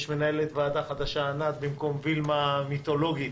יש מנהלת ועדה חדשה, ענת, במקום וילמה המיתולוגית.